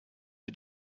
die